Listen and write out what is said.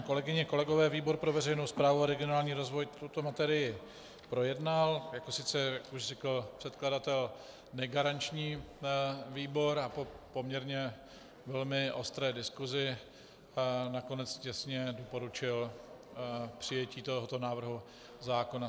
Kolegyně, kolegové, výbor pro veřejnou správu a regionální rozvoj tuto materii projednal jako sice, jak už řekl předkladatel, negaranční výbor a po poměrně velmi ostré diskusi nakonec těsně doporučil přijetí tohoto návrhu zákona.